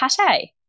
pate